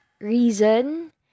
reason